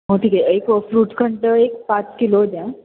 मग ठीक आहे एक फ्रूटसखंडं एक पाच किलो द्या